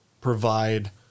provide